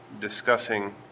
Discussing